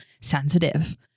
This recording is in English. sensitive